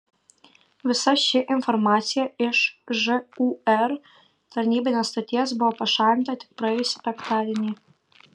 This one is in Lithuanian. visa ši informacija iš žūr tarnybinės stoties buvo pašalinta tik praėjusį penktadienį